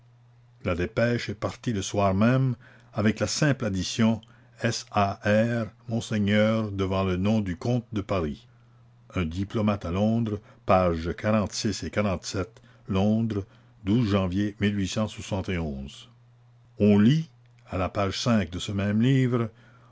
la dépêche est partie le soir même avec la simple addition s a r mgr devant le nom du comte de paris un diplomate à londres page et londres janvier on lit à la page de ce même livre